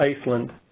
Iceland